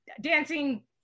dancing